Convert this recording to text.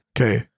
okay